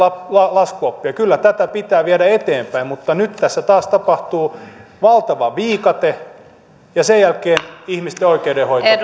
laskuoppia kyllä tätä pitää viedä eteenpäin mutta nyt tässä taas käy valtava viikate ja sen jälkeen ihmisten oikeudenhoito